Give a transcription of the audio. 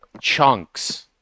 chunks